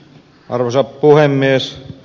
arvoisa puhemies